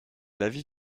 l’avis